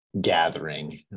gathering